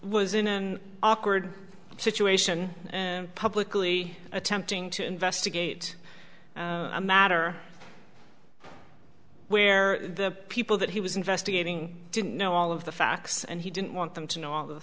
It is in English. was in an awkward situation publicly attempting to investigate a matter where the people that he was investigating didn't know all of the facts and he didn't want them to know all the